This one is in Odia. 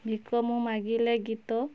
ଭିକ ମୁଁ ମାଗିଲେ ଗୀତ